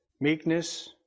meekness